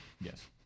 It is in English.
Yes